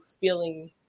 feeling